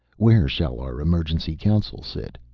where shall our emergency council sit?